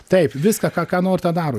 taip viską ką ką nori tą daro